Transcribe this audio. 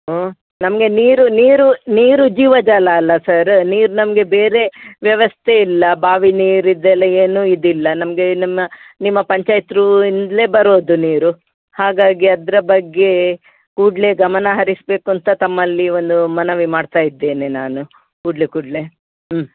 ಹ್ಞೂ ನಮಗೆ ನೀರು ನೀರು ನೀರು ಜೀವಜಲ ಅಲ್ಲ ಸರ್ ನೀರು ನಮಗೆ ಬೇರೆ ವ್ಯವಸ್ಥೆ ಇಲ್ಲ ಬಾವಿ ನೀರು ಇದೆಲ್ಲ ಏನು ಇದಿಲ್ಲ ನಮಗೆ ನಮ್ಮ ನಿಮ್ಮ ಪಂಚಾಯತರು ಇಂದಲೇ ಬರೋದು ನೀರು ಹಾಗಾಗಿ ಅದರ ಬಗ್ಗೆ ಕೂಡಲೆ ಗಮನ ಹರಿಸಬೇಕು ಅಂತ ತಮ್ಮಲ್ಲಿ ಒಂದು ಮನವಿ ಮಾಡ್ತಾ ಇದ್ದೇನೆ ನಾನು ಕೂಡಲೆ ಕೂಡಲೆ ಹ್ಞೂ